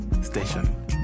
station